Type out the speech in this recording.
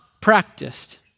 practiced